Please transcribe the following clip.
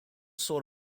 sort